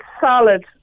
solid